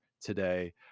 today